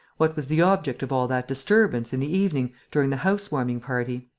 what was the object of all that disturbance, in the evening, during the house-warming party?